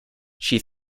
she